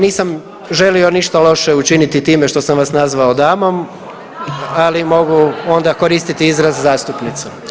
Nisam želio ništa loše učiniti time što sam vas nazvao damom, ali mogu onda koristiti izraz zastupnica.